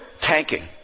tanking